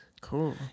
Cool